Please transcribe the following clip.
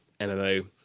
MMO